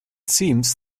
seems